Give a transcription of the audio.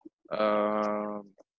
um